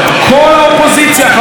ולכן היא מקבלת תשובות.